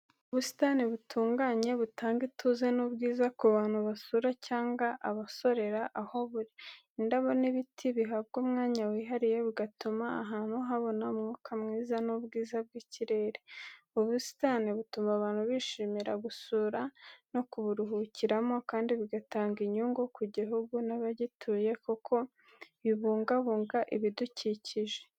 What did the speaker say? Ubusitani butunganye butanga ituze n’ubwiza ku bantu basura cyangwa abasorera aho buri . Indabo n'ibiti bihabwa umwanya wihariye, bigatuma ahantu habona umwuka mwiza n’ubwiza bw’ikirere. Ubu busitani butuma abantu bishimira gusura no kuburuhukiramo, kandi bigatanga inyugu ku gihugu n’abagituye kuko bibungabunga ibidukikije.